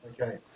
Okay